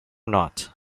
not